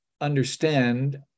understand